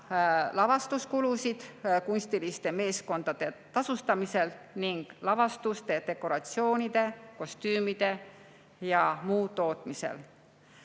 lavastuskulusid kunstiliste meeskondade tasustamisel ning lavastuste dekoratsioonide, kostüümide ja muu sellise